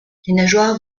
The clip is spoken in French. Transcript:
nageoires